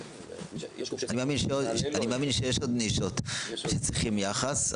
אני מאמין שיש עוד נישות שצריכות יחס,